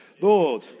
Lord